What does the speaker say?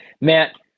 Matt